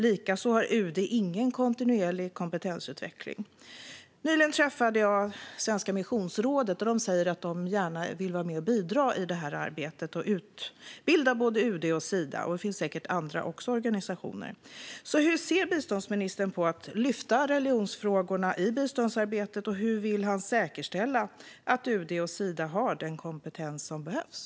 Likaså har UD ingen kontinuerlig kompetensutveckling. Nyligen träffade jag Svenska missionsrådet som sa att de gärna vill vara med och bidra i arbetet och utbilda både UD och Sida. Det finns säkert också andra organisationer som kan göra detta. Hur ser biståndsministern på att lyfta upp religionsfrågorna i biståndsarbetet? Hur vill han säkerställa att UD och Sida har den kompetens som behövs?